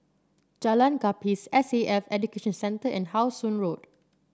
Jalan Gapis S A F Education Centre and How Sun Road